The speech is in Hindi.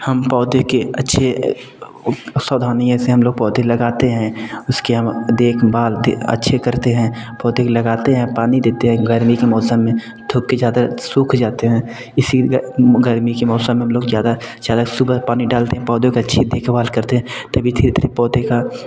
हम पौधे के अच्छे सवधानियों से हम लोग पौधे लगाते हैं उसकी हम देख भाल अच्छे करते हैं पौधे लगाते हैं पानी देते हैं गर्मी के मौसम में थोक के चादर सूख जाते हैं इसी गर्मी के मौसम में हम लोग ज़्यादा ज़्यादा सुगर पानी डालते हैं पौधे को अच्छे देख भाल करते हैं तभी धीरे धीरे पौधे का